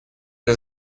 для